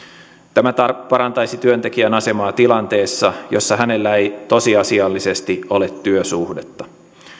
tämä parantaisi työntekijän asemaa tilanteessa jossa hänellä ei tosiasiallisesti ole työsuhdetta